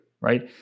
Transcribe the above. right